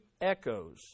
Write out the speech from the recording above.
echoes